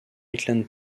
highland